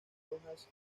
rojas